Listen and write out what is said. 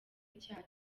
icyaha